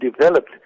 developed